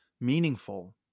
meaningful